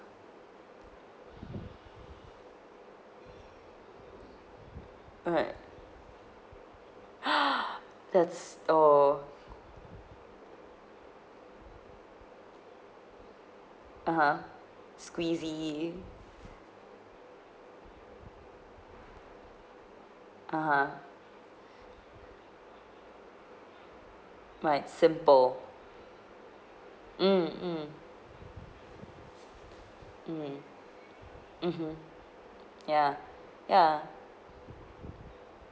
right that's oh (uh huh) squeezy (uh huh) right simple mm mm mm mmhmm ya ya